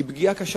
זו פגיעה קשה.